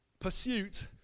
Pursuit